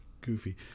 goofy